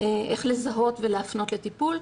איך לזהות ולהפנות לטיפול.